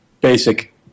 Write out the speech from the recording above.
basic